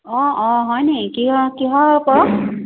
অঁ অঁ হয়নি কি কিহৰ ওপৰত